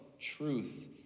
truth